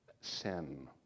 sin